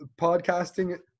podcasting